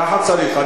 ככה צריך.